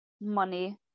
money